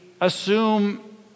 assume